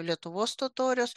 lietuvos totorius